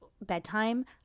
bedtime